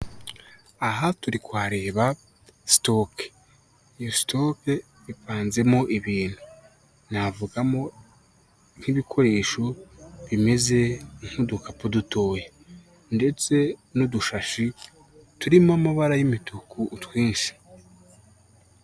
Aha turi kuhareba sitoke, iyo sitoke ipanzemo ibintu, navugamo nk'ibikoresho bimeze nk'udukapu dutoya ndetse n'udushashi turimo amabara y'imituku twinshi.